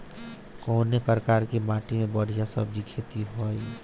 कवने प्रकार की माटी में बढ़िया सब्जी खेती हुई?